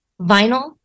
Vinyl